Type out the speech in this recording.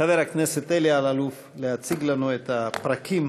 חבר הכנסת אלי אלאלוף להציג לנו את הפרקים